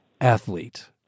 athlete